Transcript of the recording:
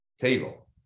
table